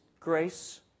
Grace